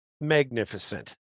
magnificent